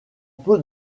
peu